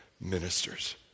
ministers